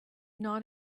not